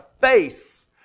face